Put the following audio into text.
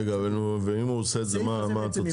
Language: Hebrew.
רגע, ואם הוא עושה את זה מה התוצאה?